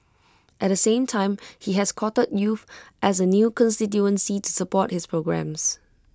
at the same time he has courted youth as A new constituency to support his programmes